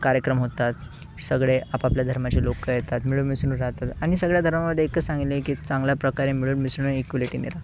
कार्यक्रम होतात सगळे आपापल्या धर्माचे लोकं येतात मिळून मिसळून राहतात आणि सगळ्या धर्मामध्ये एकच सांगितले की चांगल्याप्रकारे मिळून मिसळून एकजुटीने रहा